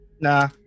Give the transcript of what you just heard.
Nah